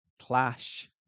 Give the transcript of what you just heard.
clash